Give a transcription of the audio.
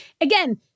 again